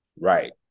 right